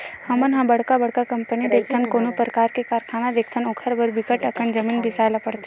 हमन ह बड़का बड़का कंपनी देखथन, कोनो परकार के कारखाना देखथन ओखर बर बिकट अकन जमीन बिसाए ल परथे